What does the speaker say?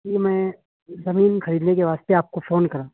جی میں زمین خریدنے کے واسطے آپ کو فون کرا